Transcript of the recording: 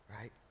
right